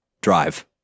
drive